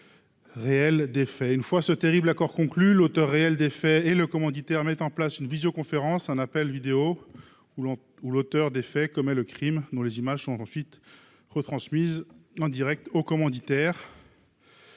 réel des faits. Une fois ce terrible accord conclu, l’auteur réel des faits et le commanditaire mettent en place une visioconférence ou un appel vidéo durant lequel l’auteur des faits commet le crime, dont les images sont alors retransmises en direct au commanditaire.